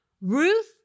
Ruth